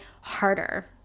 harder